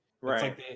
right